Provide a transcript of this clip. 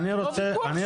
אני רוצה --- לא ויכוח.